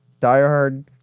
diehard